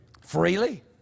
Freely